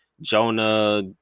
Jonah